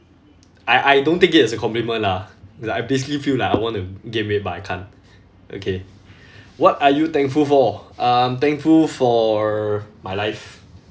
I I don't take it as a compliment lah because I basically feel like I want to gain weight but I can't okay what are you thankful for um thankful for my life